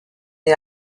est